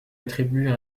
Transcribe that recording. attribue